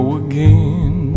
again